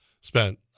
spent